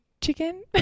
chicken